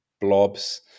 blobs